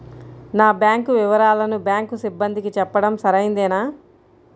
నా బ్యాంకు వివరాలను బ్యాంకు సిబ్బందికి చెప్పడం సరైందేనా?